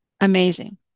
Amazing